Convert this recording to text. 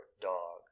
dog